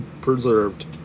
preserved